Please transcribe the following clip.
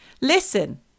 Listen